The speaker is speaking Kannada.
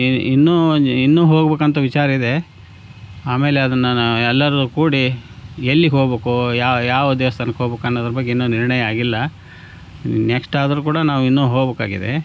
ಇನ್ನು ಒಂಜಿ ಇನ್ನು ಹೋಗಬೇಕಂತ ವಿಚಾರ ಇದೆ ಆಮೇಲೆ ಅದನ್ನು ಎಲ್ಲಾರು ಕೂಡಿ ಎಲ್ಲಿಗೆಹೋಗ್ಬೇಕು ಯಾವ ದೇವಸ್ಥಾನಕ್ಕೋಗಬೇಕು ಅನ್ನೋದ್ರ ಬಗ್ಗೆ ಇನ್ನು ನಿರ್ಣಯ ಆಗಿಲ್ಲ ನೆಕ್ಸ್ಟ್ ಆದರು ಕೂಡ ನಾವಿನ್ನು ಹೋಗಬೇಕಾಗಿದೆ